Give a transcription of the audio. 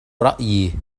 رأيي